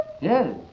Yes